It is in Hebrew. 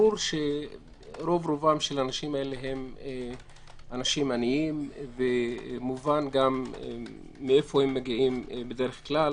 ברור שרוב רובם של האנשים האלה הם עניים ומובן מאיפה הם מגיעים בדרך כלל